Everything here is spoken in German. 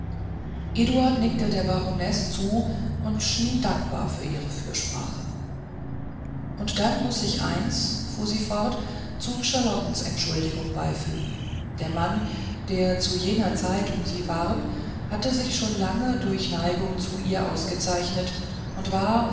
eduard nickte der baronesse zu und schien dankbar für ihre fürsprache und dann muß ich eins fuhr sie fort zu charlottens entschuldigung beifügen der mann der zu jener zeit um sie warb hatte sich schon lange durch neigung zu ihr ausgezeichnet und war